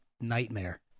nightmare